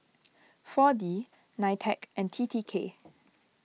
four D Nitec and T T K